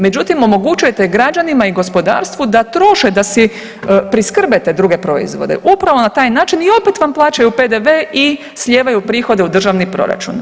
Međutim, omogućujete građanima i gospodarstvu da troše, da si priskrbe te druge proizvode upravo na taj način, i opet vam plaćaju PDV i slijevaju prihode u državni proračun.